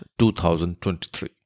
2023